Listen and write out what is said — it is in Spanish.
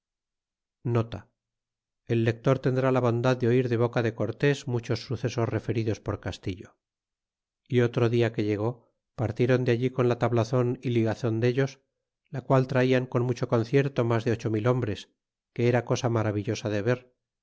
el lector tendrá la bondad de oir de boca de cortés muchos sucesos referidos por castillo y otro dia que llegó partiéron de allí con la tablavou y ligazon de ellos la qual tratan con mu cho concierto mas de ocho mil hombres que era cosa maravi llosa de ver